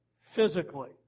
physically